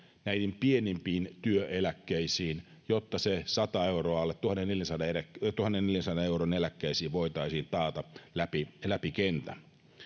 näihin pienimpiin työeläkkeisiin jotta se sata euroa alle tuhannenneljänsadan alle tuhannenneljänsadan euron eläkkeisiin voitaisiin taata läpi läpi kentän